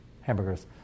hamburgers